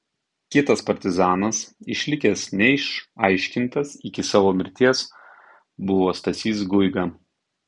kitas partizanas išlikęs neišaiškintas iki savo mirties buvo stasys guiga